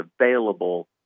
available